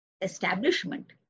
establishment